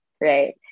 right